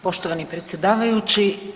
Poštovani predsjedavajući.